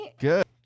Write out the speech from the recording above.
Good